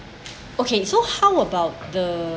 okay so how about the